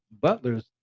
butlers